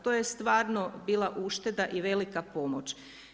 To je stvarno bila ušteda i velika pomoć.